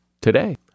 today